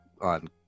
on